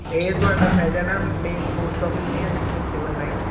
ਇਹ ਤੁਹਾਡਾ ਪੈ ਜਾਣਾ ਮੇਨ ਪੋਸਟ ਔਫਿਸ ਨਹੀਂ ਹੈ ਜਿੱਥੇ ਸਿਵਲ ਲਾਈਨ